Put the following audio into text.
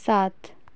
सात